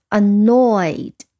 annoyed